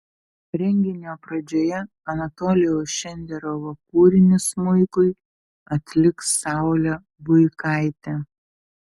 renginio pradžioje anatolijaus šenderovo kūrinį smuikui atliks saulė buikaitė